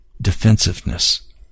defensiveness